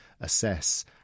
assess